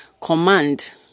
command